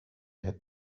had